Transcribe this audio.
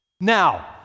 Now